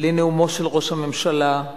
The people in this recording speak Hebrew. לנאומו של ראש הממשלה.